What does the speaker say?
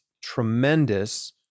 tremendous